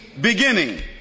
beginning